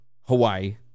Hawaii